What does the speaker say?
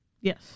Yes